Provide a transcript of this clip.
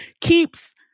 keeps